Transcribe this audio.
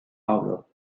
avro